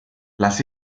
las